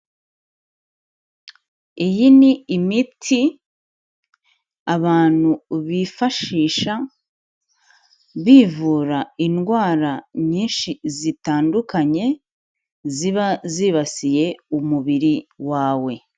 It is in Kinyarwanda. Iyi ni imiti abantu bifashisha bivura indwara nyinshi zitandukanye, ziba zibasiye umubiri wawe.